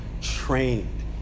trained